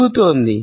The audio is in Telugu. పెరుగుతోంది